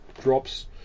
drops